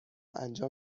انجام